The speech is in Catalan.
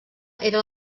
era